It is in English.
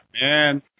man